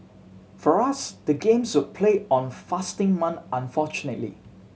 for us the games were played on fasting month unfortunately